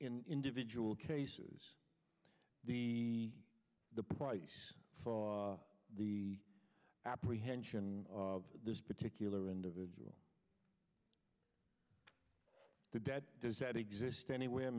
in individual cases the place for the apprehension of this particular individual the dead does that exist anywhere